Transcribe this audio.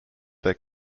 their